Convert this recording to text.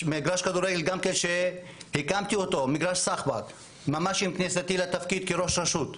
מגרש כדורגל שהקמתי עם כניסתי לתפקיד כראש רשות,